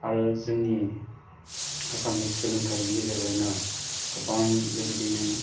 आरो जोंनि आसामनि सोलोंथाइनि गेजेरजोंनो गोबां बेबायदिनो